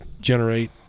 generate